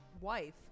wife